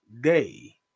day